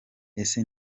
ese